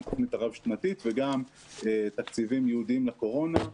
מהתוכנית הרב-שנתית וגם תקציבים ייעודיים לקורונה,